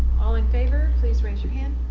all in favor please raise your hand.